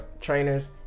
trainers